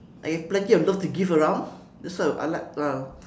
like you have plenty of love to give around that's why I I like ah